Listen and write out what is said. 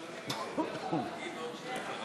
נגד, 57,